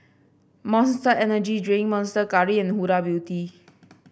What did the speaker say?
Monster Energy Drink Monster Curry and Huda Beauty